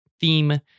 theme